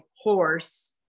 horse